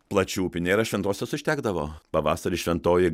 plačių upių nėra šventosios užtekdavo pavasarį šventoji